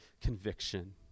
conviction